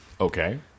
okay